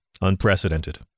unprecedented